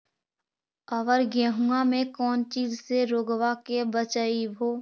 अबर गेहुमा मे कौन चीज के से रोग्बा के बचयभो?